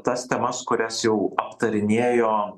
tas temas kurias jau aptarinėjo